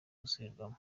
gusubirwamo